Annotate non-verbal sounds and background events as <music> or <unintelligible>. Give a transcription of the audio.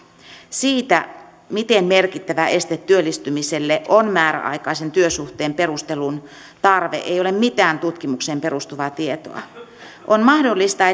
siitä miten merkittävä este työllistymiselle on määräaikaisen työsuhteen perustelun tarve ei ole mitään tutkimukseen perustuvaa tietoa on mahdollista <unintelligible>